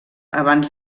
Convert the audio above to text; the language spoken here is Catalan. abans